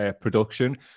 production